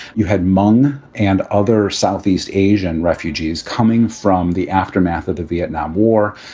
you had hmong and other southeast asian refugees coming from the aftermath of the vietnam war.